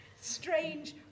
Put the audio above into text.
Strange